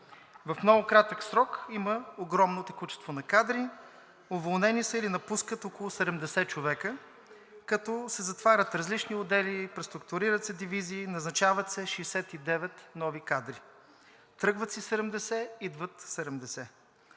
В много кратък срок има огромно текучество на кадри, уволнени са или напускат около 70 човека, като се затварят различни отдели, преструктурират се дивизии, назначават се 69 нови кадри. Тръгват си 70 идват 70.